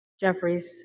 Jeffries